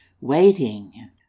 Waiting